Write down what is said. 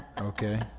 Okay